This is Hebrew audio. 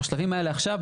השלבים האלה עכשיו,